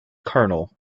colonel